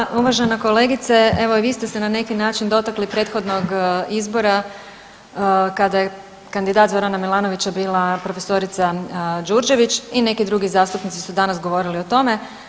Hvala uvažena kolegice, evo i vi ste se na neki način dotakli prethodnog izbora kada je kandidat Zorana Milanovića bila profesorica Đurđević i neki drugi zastupnici su danas govorili o tome.